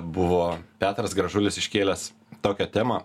buvo petras gražulis iškėlęs tokią temą